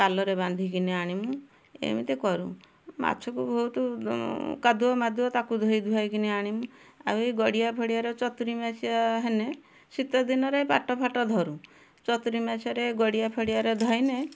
ପାଲରେ ବାନ୍ଧିକିନି ଆଣିମୁ ଏମିତି କରୁଁ ମାଛକୁ ବହୁତ କାଦୁଅ ମାଦୁଅ ତାକୁ ଧୋଇ ଧୁଆ କିନି ଆଣିମୁ ଆଉ ଏ ଗଡ଼ିଆ ଫଡ଼ିଆର ଚତୁରି ମାସିଆ ହେଲେ ଶୀତଦିନରେ ପାଟ ଫାଟ ଧରୁ ଚତୁରି ମାସିଆରେ ଗଡ଼ିଆ ଫଡ଼ିଆରେ ଧଇଁଲେ